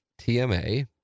TMA